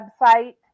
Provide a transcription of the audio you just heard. website